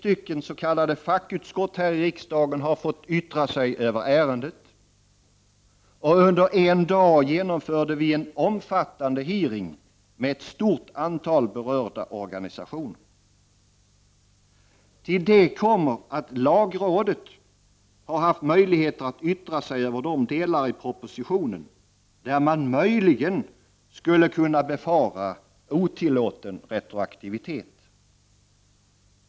Tre s.k. fackutskott här i riksdagen har fått yttra sig över ärendet, och under en dag genomförde vi en omfattande hearing med ett stort antal berörda organisationer. Till detta kommer att lagrådet har haft möjligheter att yttra sig över de delar i propositionen där man möjligen skulle kunna befara otillåten retroaktivitet.